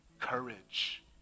courage